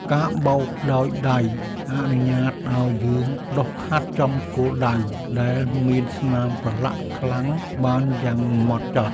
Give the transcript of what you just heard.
ការបោកដោយដៃអនុញ្ញាតឱ្យយើងដុសខាត់ចំគោលដៅដែលមានស្នាមប្រឡាក់ខ្លាំងបានយ៉ាងហ្មត់ចត់។